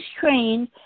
trained